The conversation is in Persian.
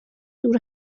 دور